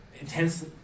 intense